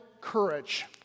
courage